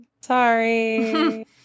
Sorry